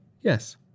Yes